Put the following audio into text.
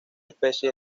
especie